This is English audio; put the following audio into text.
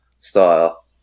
style